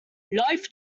lifes